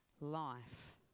life